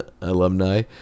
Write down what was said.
alumni